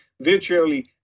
virtually